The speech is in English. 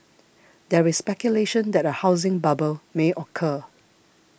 there is speculation that a housing bubble may occur